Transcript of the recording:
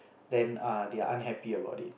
then uh they are unhappy about it